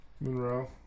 Monroe